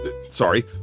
Sorry